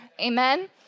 Amen